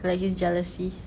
like his jealousy